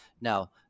Now